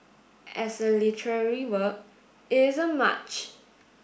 as a literary work it isn't much